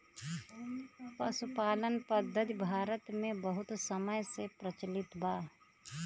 पशुपालन पद्धति भारत मे बहुत समय से प्रचलित बा